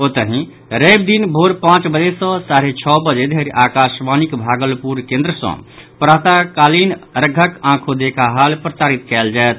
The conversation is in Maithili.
ओतहि रवि दिन भोर पांच बजे सॅ साढ़े छओ बजे धरि आकशवाणीक भागलपुर केन्द्र सॅ प्रातः कालीन अर्ध्यक आँखो देखा हाल प्रसारित कयल जायत